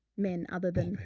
men other than